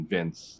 Vince